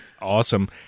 Awesome